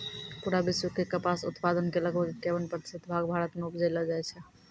पूरा विश्व के कपास उत्पादन के लगभग इक्यावन प्रतिशत भाग भारत मॅ उपजैलो जाय छै